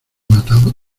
matado